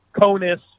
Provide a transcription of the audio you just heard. CONUS